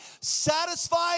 satisfied